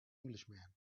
englishman